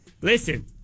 Listen